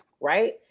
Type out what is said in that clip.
right